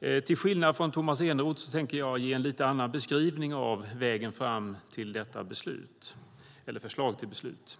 Jag tänkte ge en lite annorlunda beskrivning än den som Tomas Eneroth gav av vägen fram till detta förslag till beslut.